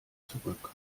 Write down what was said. zurück